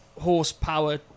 horsepower